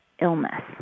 illness